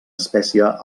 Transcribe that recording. espècie